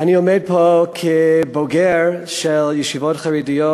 אני עומד פה כבוגר של ישיבות חרדיות